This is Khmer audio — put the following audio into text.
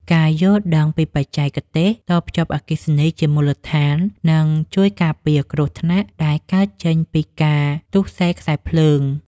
ការយល់ដឹងពីបច្ចេកទេសតភ្ជាប់អគ្គិសនីជាមូលដ្ឋាននឹងជួយការពារគ្រោះថ្នាក់ដែលកើតចេញពីការទុស្សេខ្សែភ្លើង។